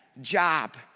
job